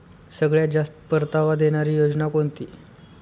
सगळ्यात जास्त परतावा देणारी योजना कोणती?